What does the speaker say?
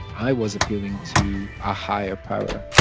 i was appealing to a higher power